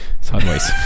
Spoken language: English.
sideways